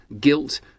guilt